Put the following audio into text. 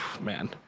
man